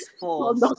false